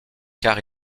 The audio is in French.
car